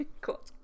cool